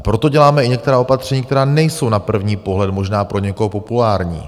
Proto děláme i některá opatření, která nejsou na první pohled možná pro někoho populární.